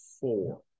four